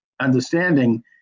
understanding